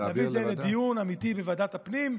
להביא את זה לדיון אמיתי בוועדת הפנים,